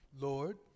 Lord